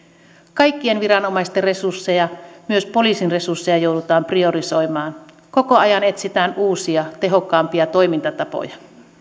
kaikkien viranomaisten resursseja myös poliisin resursseja joudutaan priorisoimaan koko ajan etsitään uusia tehokkaampia toimintatapoja